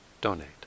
donate